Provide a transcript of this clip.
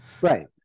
right